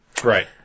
Right